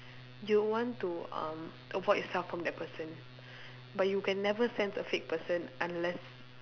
you want to um avoid yourself from that person but you can never sense a fake person unless